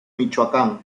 michoacán